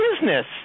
business